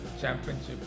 Championship